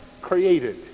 created